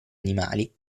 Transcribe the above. animali